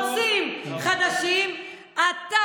אם אנחנו חמוצים חדשים, ראש כרוב כבוש.